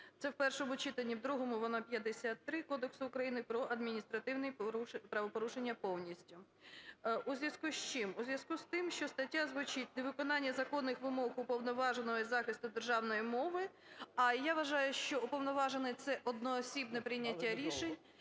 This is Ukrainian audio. це в першому читанні, в другому вона 53 – Кодексу України про адміністративні правопорушення повністю. У зв'язку з чим? У зв'язку з тим, що стаття звучить: "Невиконання законних вимог Уповноваженого із захисту державної мови". А я вважаю, що уповноважений – це одноосібне прийняття рішень.